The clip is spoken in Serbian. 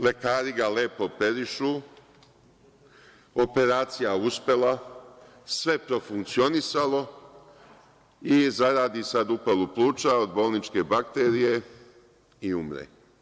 Lekari ga lepo operišu, operacija uspela, sve profunkcionisalo i zaradi sada upalu pluća od bolničke bakterije u umre.